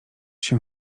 się